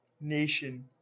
nation